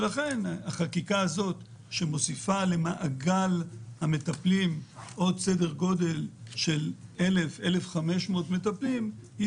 החקיקה הזאת שמוסיפה למעגל המטפלים סדר גודל של עוד 1,000,1,500 מטפלים,